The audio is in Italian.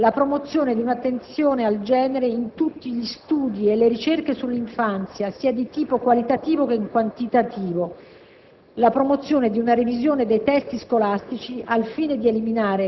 la promozione della cultura tecnico-scientifica tra le ragazze; la promozione di un'attenzione al genere in tutti gli studi e le ricerche sull'infanzia, sia di tipo qualitativo che quantitativo;